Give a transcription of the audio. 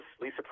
Lisa